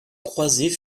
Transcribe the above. croisées